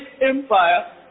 empire